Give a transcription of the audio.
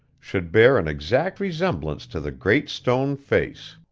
should bear an exact resemblance to the great stone face.